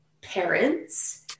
parents